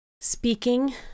speaking